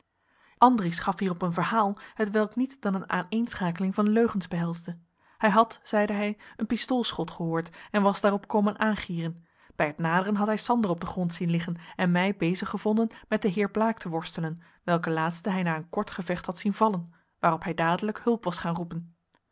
andries gaf hierop een verhaal hetwelk niet dan een aaneenschakeling van leugens behelsde hij had zeide hij een pistoolschot gehoord en was daarop komen aangieren bij het naderen had hij sander op den grond zien liggen en mij bezig gevonden met den heer blaek te worstelen welken laatste hij na een kort gevecht had zien vallen waarop hij dadelijk hulp was gaan roepen